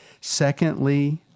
Secondly